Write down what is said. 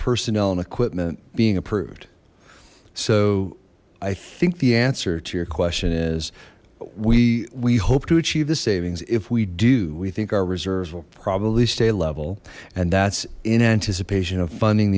personnel and equipment being approved so i think the answer to your question is we we hope to achieve the savings if we do we think our reserves will probably stay level and that's in anticipation of funding